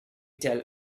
tel